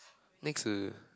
next